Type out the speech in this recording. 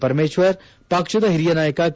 ಪರಮೇಶ್ವರ್ ಪಕ್ಷದ ಹಿರಿಯ ನಾಯಕ ಕೆ